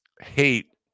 hate